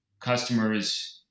customers